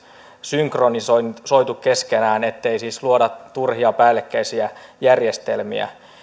synkronisoitu keskenään ettei siis luoda turhia päällekkäisiä järjestelmiä